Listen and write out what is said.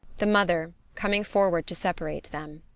the mother coming forward to separate them.